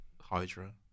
hydra